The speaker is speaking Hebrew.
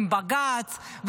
עם בג"ץ,